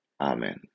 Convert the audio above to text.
Amen